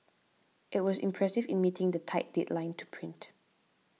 it was impressive in meeting the tight deadline to print